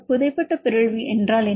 புதை பட்ட பிறழ்வு என்றால் என்ன